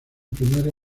primaria